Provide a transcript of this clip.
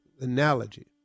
analogy